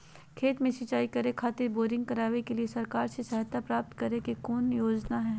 खेत में सिंचाई करे खातिर बोरिंग करावे के लिए सरकार से सहायता प्राप्त करें के कौन योजना हय?